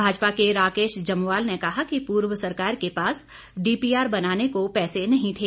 भाजपा के राकेश जमवाल ने कहा कि पूर्व सरकार के पास डीपीआर बनाने को पैसे नहीं थे